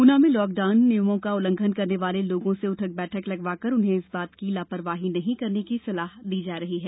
गुना में लाकडाउन नियमों का उल्लंघन करने वाले लोगों से उठक बैठक लगवाकर उन्हें इस तरह की लापरवाही नहीं करने की सलाह दी जा रही है